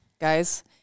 guys